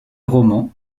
romans